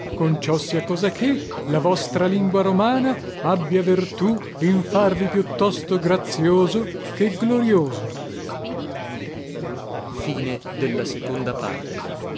conciosia che la vostra lingua romana abbia vertù in farvi più tosto grazioso che glorioso